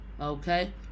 Okay